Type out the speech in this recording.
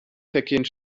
verkehren